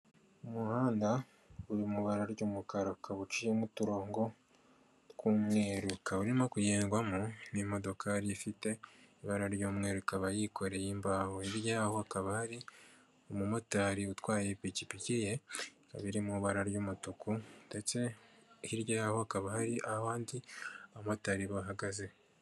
Umuhanda uri mu ibara ry'umukara ukaba uciyemo uturongo tw'umweru, ukaba urimo kugengwamo n'imodokari ifite ibara ry'umweru ikaba yikoreye imbaho, hirya yaho hakaba hari umumotari utwaye ipikipiki ye iri mu bara ry'umutuku ndetse hirya yaho hakaba hari abandi bamotari bahagaze.